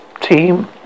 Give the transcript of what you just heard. team